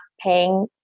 paying